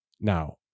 Now